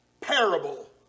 parable